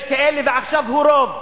יש כאלה, ועכשיו הם רוב,